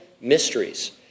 mysteries